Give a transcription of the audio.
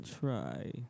try